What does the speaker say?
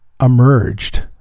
emerged